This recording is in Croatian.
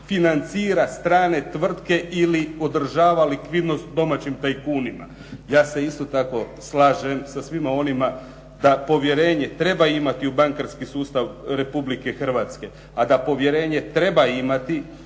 financira strane tvrtke ili podržava likvidnost domaćim tajkunima. Ja se isto tako slažem sa svima onima da povjerenje treba imati u bankarski sustav Republike Hrvatske, a da povjerenje treba imati